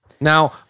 Now